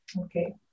Okay